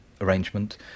arrangement